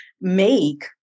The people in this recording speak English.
make